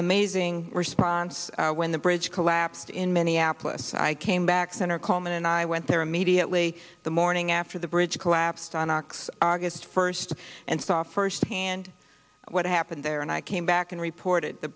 amazing response when the bridge collapsed in minneapolis so i came back senator coleman and i went there immediately the morning after the bridge collapsed on ox august first and saw firsthand what happened there and i came back and reported the